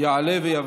הכול בסדר,